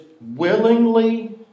willingly